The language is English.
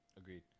Agreed